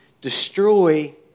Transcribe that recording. destroy